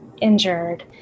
injured